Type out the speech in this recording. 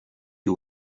you